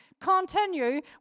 continue